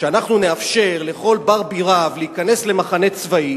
שאנחנו נאפשר לכל בר בי רב להיכנס למחנה צבאי